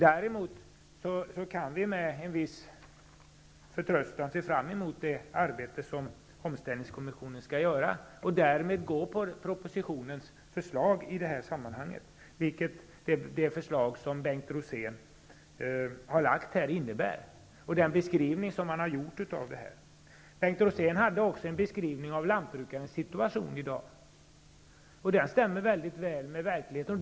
Däremot kan vi med en viss förtröstan se fram emot det arbete som omställningskommissionen skall göra, och därmed gå på propositionens förslag i det här sammanhanget. Det är det förslag som Bengt Rosén har beskrivit. Bengt Rosén gav också en beskrivning av lantbrukarens situation i dag, och den stämmer mycket väl med verkligheten.